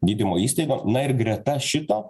gydymo įstaigo na ir greta šito